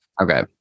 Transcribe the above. Okay